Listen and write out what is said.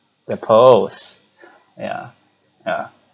the pearls ya ya